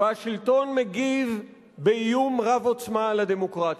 והשלטון מגיב באיום רב עוצמה על הדמוקרטיה.